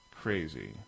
crazy